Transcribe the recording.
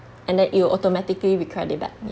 and that it will automatically be credit back